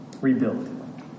rebuild